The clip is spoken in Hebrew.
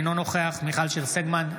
אינו נוכח מיכל שיר סגמן,